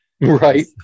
Right